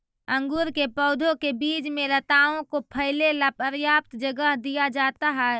अंगूर के पौधों के बीच में लताओं को फैले ला पर्याप्त जगह दिया जाता है